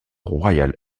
royal